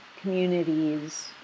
communities